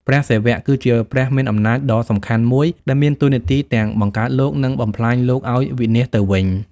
ព្រះសិវៈ គឺជាព្រះមានអំណាចដ៏សំខាន់មួយ ដែលមានតួនាទីទាំងបង្កើតលោក និងបំផ្លាញលោកឲ្យវិនាសទៅវិញ។